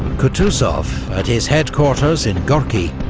kutuzov, at his headquarters in gorki,